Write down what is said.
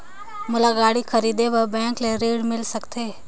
मोला गाड़ी खरीदे बार बैंक ले ऋण मिल सकथे?